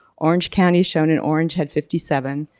orange county shown in orange had fifty seven.